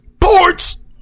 ports